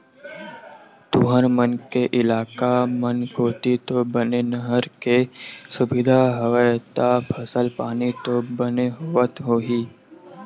तुंहर मन के इलाका मन कोती तो बने नहर के सुबिधा हवय ता फसल पानी तो बने होवत होही?